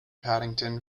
paddington